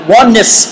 oneness